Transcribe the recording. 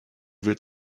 wird